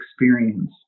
experience